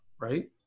right